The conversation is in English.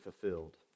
fulfilled